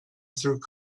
through